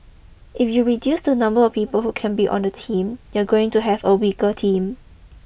if you reduce the number or people who can be on the team you're going to have a weaker team